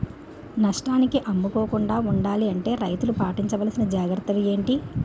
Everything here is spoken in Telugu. నష్టానికి అమ్ముకోకుండా ఉండాలి అంటే రైతులు పాటించవలిసిన జాగ్రత్తలు ఏంటి